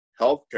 healthcare